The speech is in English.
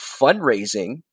fundraising